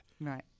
right